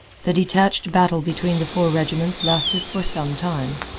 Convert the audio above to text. the detached battle between the four regiments lasted for some time.